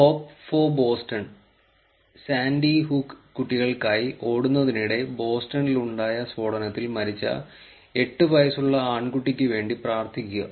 hope for Boston Sandy Hook കുട്ടികൾക്കായി ഓടുന്നതിനിടെ ബോസ്റ്റണിലുണ്ടായ സ്ഫോടനത്തിൽ മരിച്ച 8 വയസ്സുള്ള ആൺകുട്ടിക്കുവേണ്ടി പ്രാർത്ഥിക്കുക